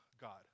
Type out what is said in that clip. God